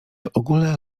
ogóle